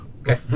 Okay